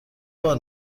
بار